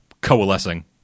coalescing